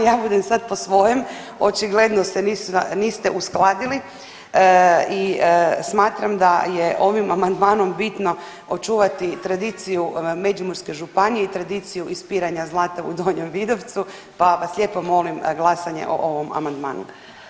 Ja budem sad po svojem, očigledno se niste uskladili i smatram da je ovim amandmanom bitno očuvati tradiciju Međimurske županije i tradiciju ispiranja zlata u Donjem Vidovcu, pa vas lijepo molim glasanje o ovom amandmanu.